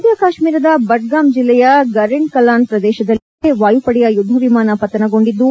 ಮಧ್ಯ ಕಾತ್ಮೀರದ ಬುಡ್ಗಾಮ್ ಜಿಲ್ಲೆಯ ಗರೆಂಡ್ ಕಲಾನ್ ಪ್ರದೇಶದಲ್ಲಿ ಇಂದು ಬೆಳಗ್ಗೆ ವಾಯುಪಡೆಯ ಯುದ್ದ ವಿಮಾನ ಪತನಗೊಂಡಿದ್ದು